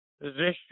position